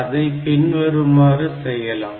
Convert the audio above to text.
அதை பின்வருமாறு செய்யலாம்